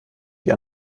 die